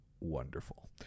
Wonderful